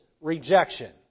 rejection